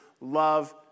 Love